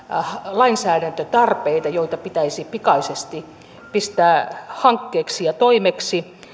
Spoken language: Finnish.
lainsäädäntötarpeita joita pitäisi pikaisesti pistää hankkeeksi ja toimeksi